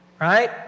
Right